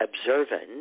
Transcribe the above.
observant